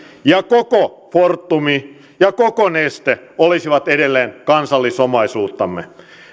ja koko fortum ja koko neste olisivat edelleen kansallisomaisuuttamme